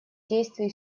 действий